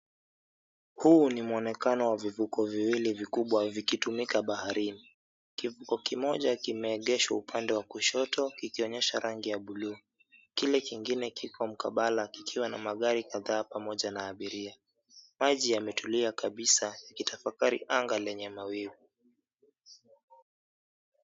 Huu ni muonekano wa vivuko viwili vikubwa vikitumika baharini. Kivuko kimoja kimeegeshwa upande wa kushoto kikionyesha rangi ya buluu. Kile kingine kiko mkabala kikiwa na magari kadhaa pamoja na abiria. Maji yametulia kabisa yakitafakari anga lenye mawingu.